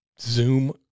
Zoom